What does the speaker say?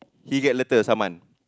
he letter summon